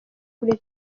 kuri